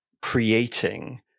creating